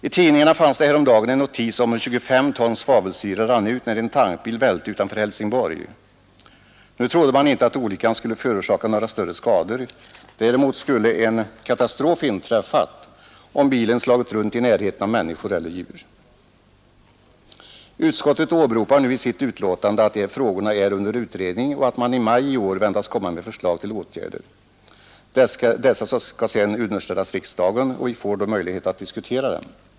I tidningarna fanns det häromdagen en notis om hur 25 ton svavelsyra rann ut när en tankbil välte utanför Helsingborg. Nu trodde man inte att olyckan skulle förorsaka några större skador. Däremot skulle en katastrof ha inträffat, om bilen slagit runt i närheten av människor eller djur. Utskottet åberopar nu i sitt betänkande att de här frågorna är under utredning och att man i maj i år väntas komma med förslag till åtgärder. Dessa skall sedan underställas riksdagen, och vi får då möjlighet att diskutera dem.